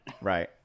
Right